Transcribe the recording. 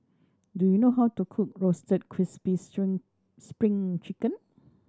do you know how to cook Roasted Crispy Spring Chicken